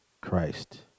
Christ